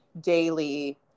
daily